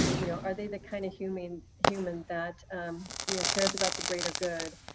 you know are they the kind of human human that um you know cares about the greater good?